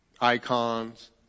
Icons